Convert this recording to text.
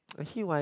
actually why